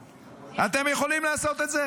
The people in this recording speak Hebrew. אתם יכולים לעשות את זה?